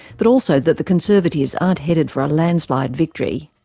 but also that the conservatives aren't headed for a landslide victory.